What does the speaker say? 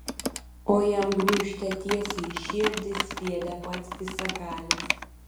o jam gniūžtę tiesiai į širdį sviedė pats visagalis